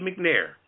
McNair